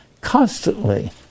constantly